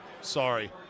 Sorry